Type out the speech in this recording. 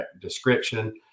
description